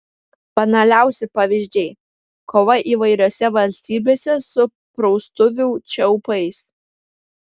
banaliausi pavyzdžiai kova įvairiose valstybėse su praustuvių čiaupais